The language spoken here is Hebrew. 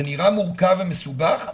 זה נראה מורכב ומסובך,